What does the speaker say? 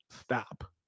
stop